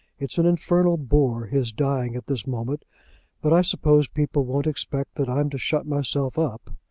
it's an infernal bore, his dying at this moment but i suppose people won't expect that i'm to shut myself up.